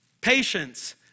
patience